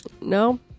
no